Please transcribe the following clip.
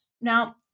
Now